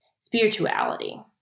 spirituality